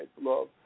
love